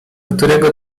którego